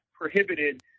prohibited